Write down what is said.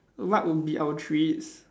what would be our treats